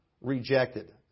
rejected